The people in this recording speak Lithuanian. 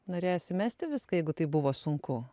norėjosi mesti viską jeigu tai buvo sunku